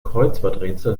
kreuzworträtsel